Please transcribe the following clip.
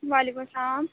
وعلیکم السّلام